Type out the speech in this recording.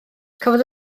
cafodd